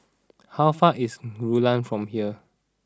how far away is Rulang from here